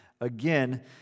again